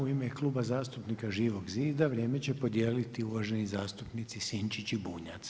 U ime Kluba zastupnika Živog zida vrijeme će podijeliti uvaženi zastupnici Sinčić i Bunjac.